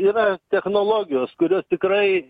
yra ir technologijos kurios tikrai